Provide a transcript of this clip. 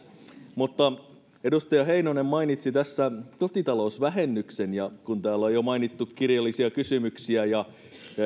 edustaja heinonen mainitsi tässä kotitalousvähennyksen ja kun täällä on jo mainittu kirjallisia kysymyksiä ja